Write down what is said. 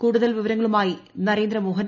കൂടുതൽ വിവരങ്ങളുമായി നരേന്ദ്ര മോഹൻ